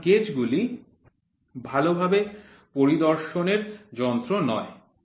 সুতরাং গেজগুলি ভালোভাবে পরিদর্শনের যন্ত্র নয়